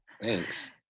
Thanks